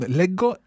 leggo